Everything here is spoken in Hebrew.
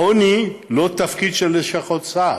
העוני זה לא תפקיד של לשכות סעד.